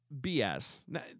BS